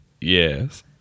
Yes